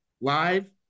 live